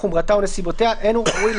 חומרתה או נסיבותיה אין הוא ראוי,